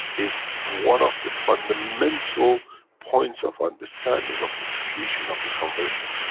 is one of the fundamental points of understanding, of the creation of the conversion.